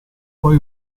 poi